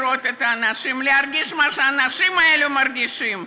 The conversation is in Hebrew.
להרגיש מה שהאנשים האלה מרגישים.